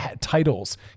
titles